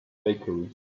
bakery